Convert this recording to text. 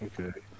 Okay